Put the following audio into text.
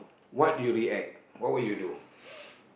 what you react what would you do